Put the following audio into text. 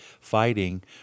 fighting